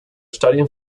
studying